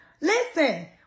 listen